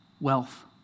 wealth